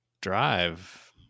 drive